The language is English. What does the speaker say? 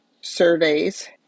surveys